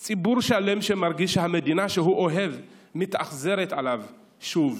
ציבור שלם מרגיש שהמדינה שהוא אוהב מתאכזרת אליו שוב ושוב.